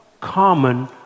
common